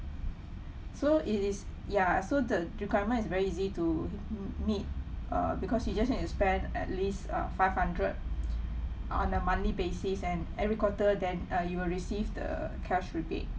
so it is ya so the requirement is very easy to m~ meet uh because you just need to spend at least uh five hundred on a monthly basis and every quarter than uh you will receive the cash rebate